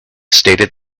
stated